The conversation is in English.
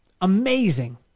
amazing